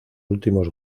últimos